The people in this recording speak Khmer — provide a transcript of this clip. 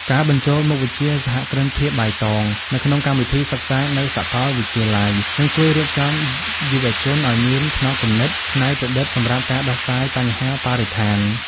ការបញ្ចូលមុខវិជ្ជា "សហគ្រិនភាពបៃតង" ទៅក្នុងកម្មវិធីសិក្សានៅសកលវិទ្យាល័យ នឹងជួយរៀបចំយុវជនឱ្យមានផ្នត់គំនិតច្នៃប្រឌិតសម្រាប់ការដោះស្រាយបញ្ហាបរិស្ថាន។